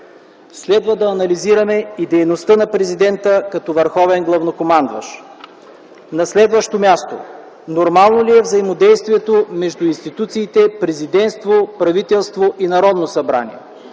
Следва да анализираме и дейността на президента като върховен главнокомандващ. На следващо място: Нормално ли е взаимодействието между институциите - Президентство, правителство и Народното събрание?